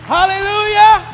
Hallelujah